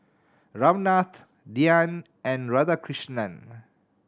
Ramnath Dhyan and Radhakrishnan